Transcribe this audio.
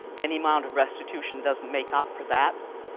any mount of restitution doesn't make up for that.